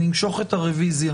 אני אמשוך את הרוויזיה